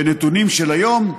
בנתונים של היום,